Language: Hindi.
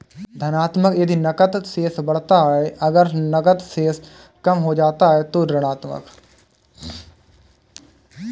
धनात्मक यदि नकद शेष बढ़ता है, अगर नकद शेष कम हो जाता है तो ऋणात्मक